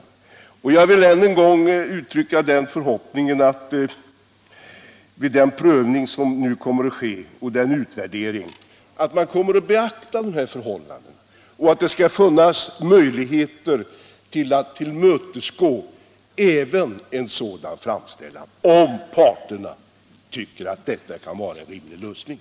Jag vill än en gång uttrycka förhoppningen att man vid den prövning och den utvärdering som nu kommer att ske beaktar dessa förhållanden och att det skall finnas möjligheter att tillmötesgå även en framställan baserad på arbete med sexmånadersintervaller om parterna och den sökande tycker att detta kan vara en riktig lösning.